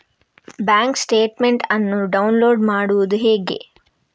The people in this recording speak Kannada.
ಬ್ಯಾಂಕ್ ಸ್ಟೇಟ್ಮೆಂಟ್ ಅನ್ನು ಡೌನ್ಲೋಡ್ ಮಾಡುವುದು ಹೇಗೆ?